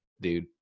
dude